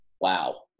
wow